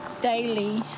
daily